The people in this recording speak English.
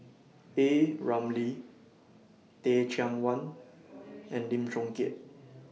A Ramli Teh Cheang Wan and Lim Chong Keat